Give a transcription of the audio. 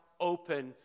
open